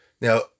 Now